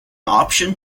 option